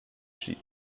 sheep